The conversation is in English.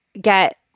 get